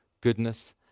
goodness